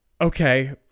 okay